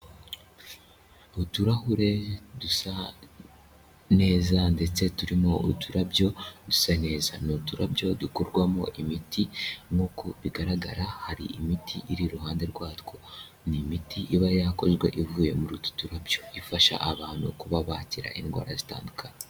Uturahure dusa neza ndetse turimo uturabyo dusa neza ni uturabyo dukorwamo imiti nk'uko bigaragara, hari imiti iri iruhande rwatwo, ni imiti iba yakozwe ivuye muri utu turabyo, ifasha abantu kuba bakira indwara zitandukanye.